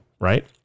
right